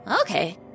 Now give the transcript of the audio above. okay